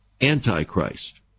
Antichrist